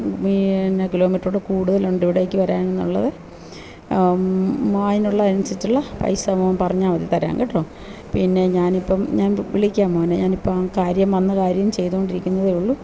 എന്നാൽ കിലോമീറ്റർ കൂടുതൽ ഉണ്ട് ഇവിടേക്ക് വരാനെന്നുള്ളത് മോൻ അതിന് അനുസരിച്ചുള്ള പൈസ മോൻ പറഞ്ഞാൽ മതി തരാം കേട്ടോ പിന്നെ ഞാൻ ഇപ്പോൾ ഞാൻ വിളിക്കാം മോനെ ഞാൻ ഇപ്പോൾ ആ കാര്യം വന്ന കാര്യം ചെയ്യത് കൊണ്ടിരിക്കുന്നതെ ഉള്ളു